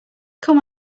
come